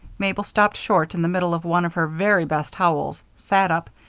mabel stopped short in the middle of one of her very best howls, sat up,